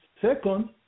second